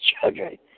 children